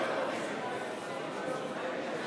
חברי הכנסת,